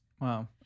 Wow